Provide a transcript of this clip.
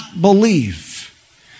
believe